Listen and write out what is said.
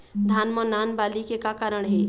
धान म नान बाली के का कारण हे?